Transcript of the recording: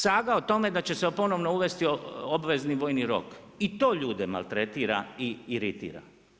Saga o tome da će se ponovno uvesti obvezni vojni rok i to ljude maltretira i iritira.